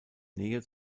nähe